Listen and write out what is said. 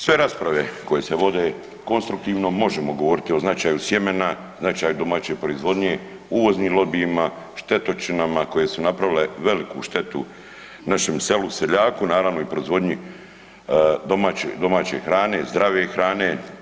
Sve rasprave koje se vode konstruktivno, možemo govoriti o značaju sjemena, značaju domaće proizvodnje, uvoznim lobijima, štetočinama koje su napravile veliku štetu našem selu, seljaku, naravno, i proizvodnji domaće hrane, zdrave hrane.